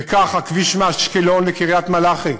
וכך הכביש מאשקלון לקריית-מלאכי,